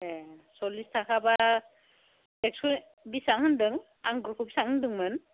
ए सरलिस थाखा बा एख्स' बेसेबां होनदों आगुरखौ बेसेबां होनदोंमोन